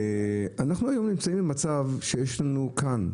אנחנו היום נמצאים במצב שיש לנו כאן,